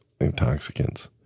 intoxicants